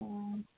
ꯑꯣ